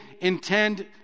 intend